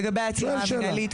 לגבי העצירה המנהלית,